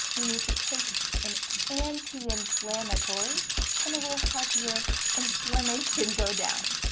you need to take an anti-inflammatory and it will help your inflammation go down.